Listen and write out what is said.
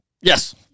Yes